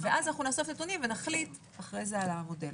ואז אנחנו נאסוף נתונים ונחליט אחרי זה על המודל.